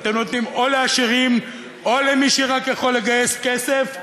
שאתם נותנים או לעשירים או למי שרק יכול לגייס כסף,